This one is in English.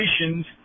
relations